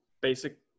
basic